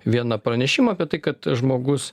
vieną pranešimą apie tai kad žmogus